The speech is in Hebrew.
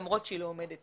למרות שהיא לא עומדת